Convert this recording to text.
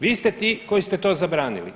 Vi ste ti koji ste to zabranili.